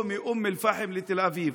או מאום אל-פחם לתל אביב,